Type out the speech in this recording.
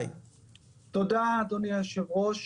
תודה, אדוני היושב-ראש.